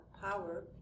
power